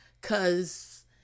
Cause